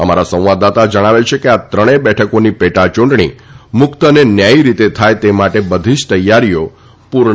અમારા સંવાદદાતા જણાવે છે કે આ ત્રણેય બેઠકોની પેટાચૂંટણી મુક્ત અને ન્યાયી રીતે થાય તે માટે બધી જ તૈયારીઓ પૂરી છે